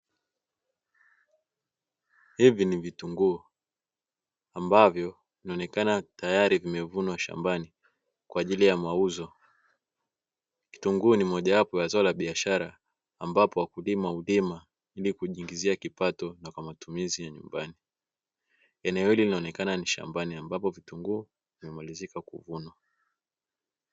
Hivi ni vitunguu, ambavyo vinaonekana tayari vimevunwa shambani, kwaajili ya mauzo. Kitunguu ni moja wapo ya zao la biashara ambapo wakulima hulima ili kujiingizia kipato na kwa matumizi ya nyumbani . Eneo hili linaonekana ni shambani ambapo vitunguu vimemalizika kuvunwa.